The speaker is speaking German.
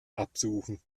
absuchen